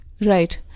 Right